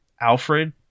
Alfred